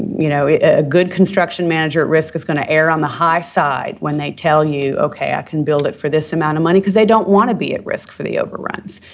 you know, a good construction manager at risk is going to err on the high side when they tell you, okay, i can build it for this amount of money, because they don't want to be at risk for the overruns.